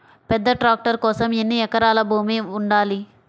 పెద్ద ట్రాక్టర్ కోసం ఎన్ని ఎకరాల భూమి ఉండాలి?